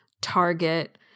target